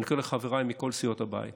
אני קורא לחבריי מכל סיעות הבית